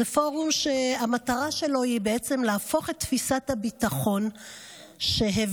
זה פורום שהמטרה שלו היא להפוך את תפיסת הביטחון שהביאה